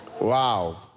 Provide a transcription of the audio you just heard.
Wow